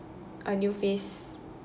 a new phase